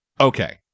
Okay